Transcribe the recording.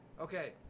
Okay